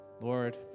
Lord